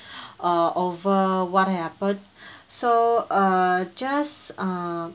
uh over what happened so uh just uh